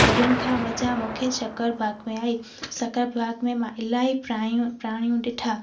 सभिनि खां मज़ा मूंखे शक्कर बाग़ में आई शक्कर बाग़ में मां इलाही प्राणी प्राणियूं ॾिठा